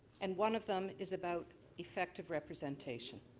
and one of them is about effective representation.